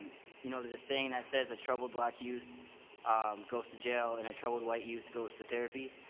you know there's a saying that says a troubled black youth um goes to jail and a troubled white youth goes to therapy.